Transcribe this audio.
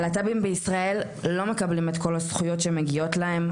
הלהט"בים בישראל לא מקבלים את כל הזכויות שמגיעות להם.